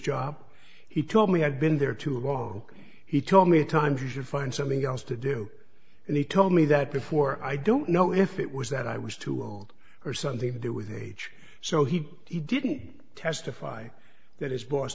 job he told me i'd been there too low he told me times you should find something else to do and he told me that before i don't know if it was that i was too old or something to do with age so he he didn't testify that his boss